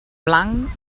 blanc